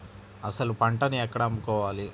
అసలు పంటను ఎక్కడ అమ్ముకోవాలి?